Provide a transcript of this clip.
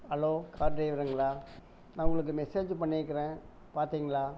hello car டிரைவருங்களா நான் உங்களுக்கு மெசேஜ் பண்ணிருக்கிறேன் பார்த்திங்களா